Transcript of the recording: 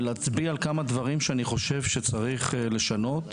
ולהצביע על כמה דברים שאני חושב שצריך לשנות.